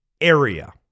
area